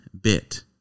bit